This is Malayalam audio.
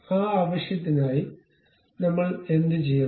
ആ ആവശ്യത്തിനായി നമ്മൾ എന്തുചെയ്യണം